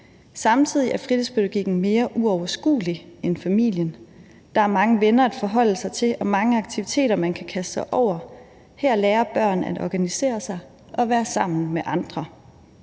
Samtidig er fritidspædagogikken mere uoverskuelig end familien. Der er mange venner at forholde sig til og mange aktiviteter, man kan kaste sig over. Her lærer børn at organisere sig og være sammen med andre.